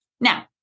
Now